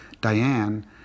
Diane